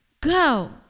Go